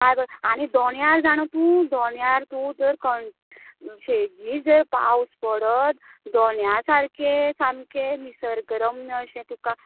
आनी दोण्यार जाणा तूं दोण्यार तूं जर कण शेगी जर पावस पडत दोण्या सारके सामके निसर्गरंम्य अशें तुका